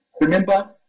Remember